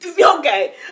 Okay